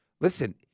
Listen